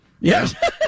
Yes